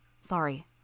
Sorry